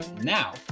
now